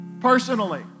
personally